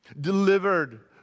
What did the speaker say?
Delivered